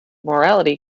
morality